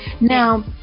now